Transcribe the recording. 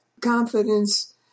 Confidence